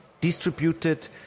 distributed